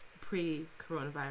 pre-coronavirus